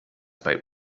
bei